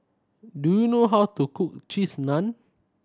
do you know how to cook Cheese Naan